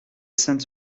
sainte